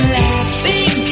laughing